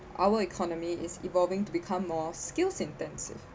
our economy is evolving to become more skills intensive